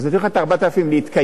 אז ייתנו לך את ה-4,000 להתקיים.